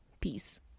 peace